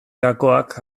gakoak